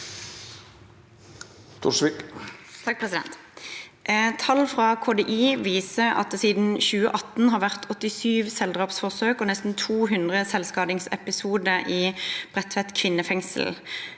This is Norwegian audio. viser at det siden 2018 har vært 87 selvdrapsforsøk og nesten 200 selvskadingsepisoder i Bredtveit kvinnefengsel.